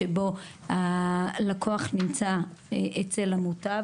שבו הלקוח נמצא אצל המוטב,